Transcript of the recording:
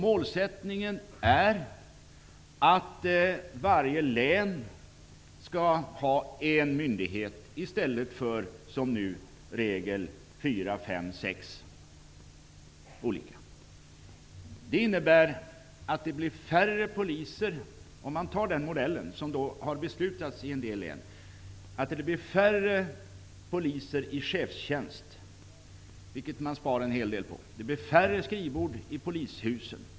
Målsättningen är att varje län skall ha en myndighet, i stället för som nu i regel fyra, fem eller sex olika. Om man tar den modell som det har fattats beslut om i en del län innebär det att det blir färre poliser i chefstjänst, vilket man sparar en hel del på. Det blir färre skrivbord i polishusen.